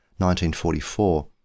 1944